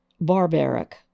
barbaric